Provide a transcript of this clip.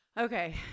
Okay